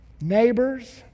neighbors